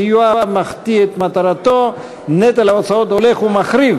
סיועה מחטיא את מטרתו ונטל ההוצאות הולך ומחריף,